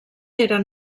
eren